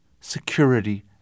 security